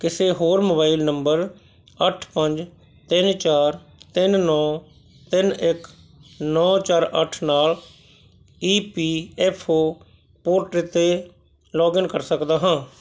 ਕਿਸੇ ਹੋਰ mobile number ਅੱਠ ਪੰਜ ਤਿੰਨ ਚਾਰ ਤਿੰਨ ਨੌ ਤਿੰਨ ਇੱਕ ਨੌ ਚਾਰ ਅੱਠ ਨਾਲ E P F O portal 'ਤੇ ਲੋਗਇੰਨ ਕਰ ਸਕਦਾ ਹਾਂ